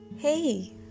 Hey